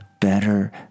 better